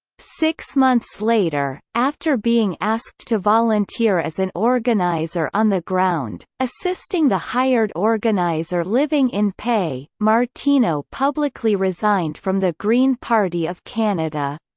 six months later, after being asked to volunteer as an organizer on the ground, assisting the hired organizer living in pei, martino publicly resigned from the green party of canada.